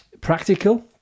practical